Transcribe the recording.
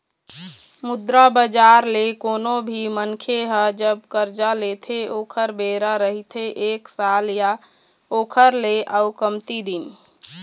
मुद्रा बजार ले कोनो भी मनखे ह जब करजा लेथे ओखर बेरा रहिथे एक साल या ओखर ले अउ कमती दिन